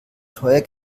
teuer